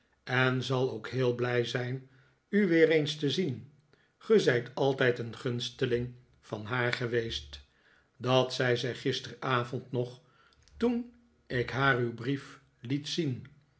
en zal ook heel blij zijn u weer eens te zien ge zijt altijd een gunsteling van haar geweest dat zei zij gisteravond nog toen ik haar uw brief liet zien